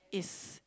it's